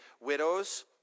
widows